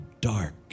dark